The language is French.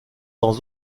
dans